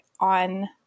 on